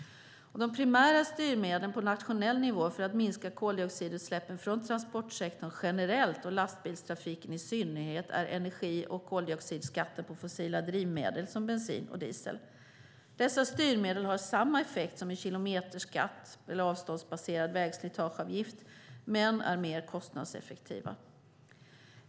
De primära styrmedlen på nationell nivå för att minska koldioxidutsläppen från transportsektorn generellt, och från lastbilstrafiken i synnerhet, är energi och koldioxidskatten på fossila drivmedel som bensin och diesel. Dessa styrmedel har samma effekt som en kilometerskatt eller en avståndsbaserad vägslitageavgift men är mer kostnadseffektiva.